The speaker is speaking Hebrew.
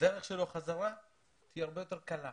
הדרך שלו בחזרה היא תהיה הרבה יותר קלה